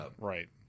Right